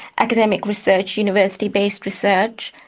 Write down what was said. academic research, university-based research,